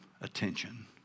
attention